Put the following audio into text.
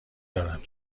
دارم